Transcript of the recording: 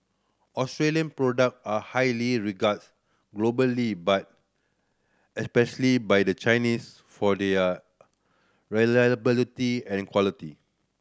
Australian product are highly regarded globally but especially by the Chinese for their reliability and quality